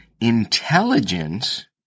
intelligence